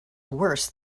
worse